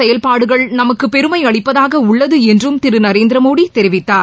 செயல்பாடுகள் நமக்கு பெருமை அளிப்பதாக உள்ளது என்றும் திரு நரேந்திரமோடி தெரிவித்தார்